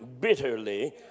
bitterly